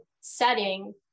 setting